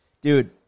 dude